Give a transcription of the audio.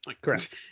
Correct